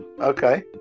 Okay